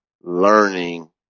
learning